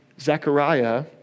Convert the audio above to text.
Zechariah